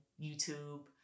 YouTube